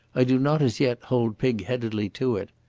i do not as yet hold pigheadedly to it.